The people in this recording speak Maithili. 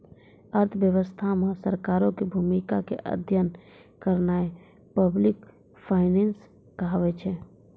अर्थव्यवस्था मे सरकारो के भूमिका के अध्ययन करनाय पब्लिक फाइनेंस कहाबै छै